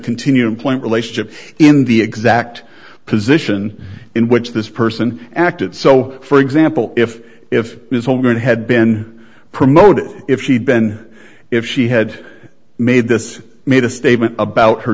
continued employment relationship in the exact position in which this person acted so for example if if his home going to had been promoted if she'd been if she had made this made a statement about her